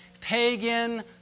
pagan